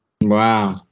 wow